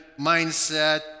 mindset